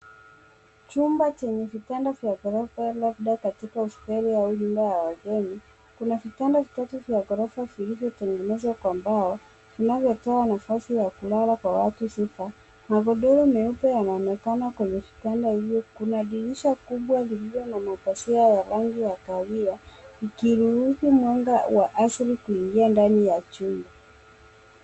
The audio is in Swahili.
Chumba chenye vitanda vya ghorofa labda katika hosteli au nyuumba ya wageni. Kuna vitanda vitatu vya ghorofa vilivyotegenezwa kwa mbao vinavyotoa nafasi ya kulala kwa watu sita. Magodoro meupe yanaonekana kwenye vitanda hivyo. Kuna dirisha kubwa lililo na mapazia ya rangi ya kahawia ikiruhusu mwanga wa asili kuingia ndani ya chumba.